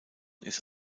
ist